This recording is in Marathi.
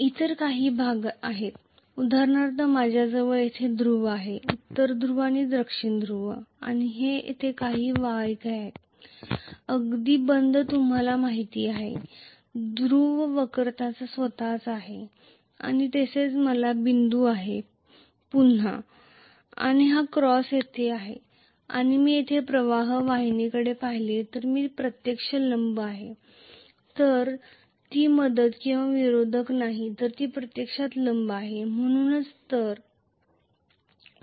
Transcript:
इतर काही भाग आहेत उदाहरणार्थ माझ्याजवळ येथे ध्रुव आहे उत्तर ध्रुव आणि दक्षिण ध्रुव आणि येथे काही वाहकही आहेत स्वतः पोल वक्रतेच्या अगदी जवळ आणि तेथेच माझ्याकडे हे बिंदू आहे पुन्हा आणि हा क्रॉस येथे आणि मी येथे प्रवाह फ्लक्स लाईनकडे पाहिले तर ती प्रत्यक्ष लंब आहे ती मदत किंवा विरोधक नाही तर ती प्रत्यक्षात लंब आहे म्हणूनच जर